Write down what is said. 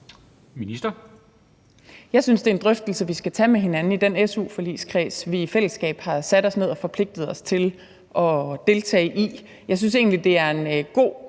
Jeg synes, det er en drøftelse, vi skal tage med hinanden i den su-forligskreds, vi i fællesskab har sat os ned og forpligtet os til at deltage i. Jeg synes egentlig, det er en god